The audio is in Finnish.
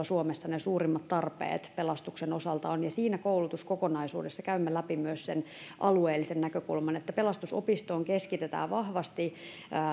suomessa ne suurimmat tarpeet pelastuksen osalta ovat siinä koulutuskokonaisuudessa käymme läpi myös sen alueellisen näkökulman pelastusopistoon keskitetään vahvasti